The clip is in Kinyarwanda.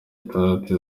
itandatu